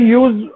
use